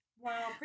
Wow